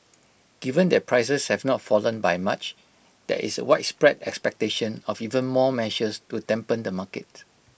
given that prices have not fallen by much there is widespread expectation of even more measures to dampen the market